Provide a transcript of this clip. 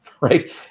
right